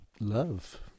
Love